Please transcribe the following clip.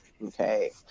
Okay